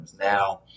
now